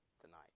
tonight